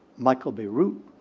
michael beirut,